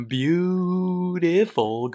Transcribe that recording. beautiful